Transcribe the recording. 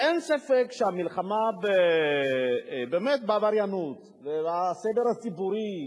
אין ספק שהמלחמה בעבריינות והסדר הציבורי,